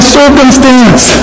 circumstance